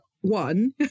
one